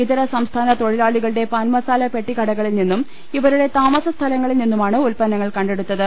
ഇതര സംസ്ഥാന തൊഴിലാളികളുടെ പാൻമ സാല പെട്ടിക്കടകളിൽ നിന്നും ഇവരുടെ താമസസ്ഥലങ്ങളിൽ നിന്നു മാണ് ഉൽപ്പന്നങ്ങൾ കണ്ടെടുത്തത്